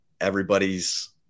everybody's